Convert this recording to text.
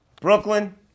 Brooklyn